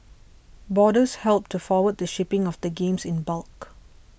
boarders helped to forward the shipping of the games in bulk